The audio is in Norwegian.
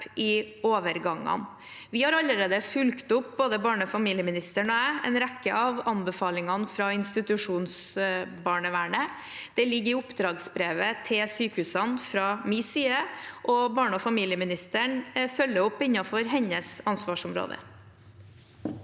i overgangene. Både barne- og familieministeren og jeg har allerede fulgt opp en rekke av anbefalingene fra institusjonsbarnevernet. Det ligger i oppdragsbrevet til sykehusene fra min side, og barne- og familieministeren følger opp innenfor hennes ansvarsområde.